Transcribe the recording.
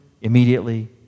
immediately